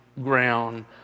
ground